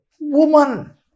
Woman